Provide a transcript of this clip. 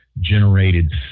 generated